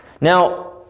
Now